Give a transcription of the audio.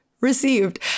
received